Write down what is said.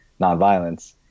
nonviolence